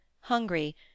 hungry